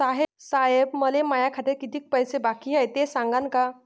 साहेब, मले माया खात्यात कितीक पैसे बाकी हाय, ते सांगान का?